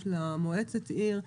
יש לה מועצת עיר,